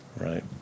right